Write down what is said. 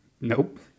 Nope